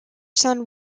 son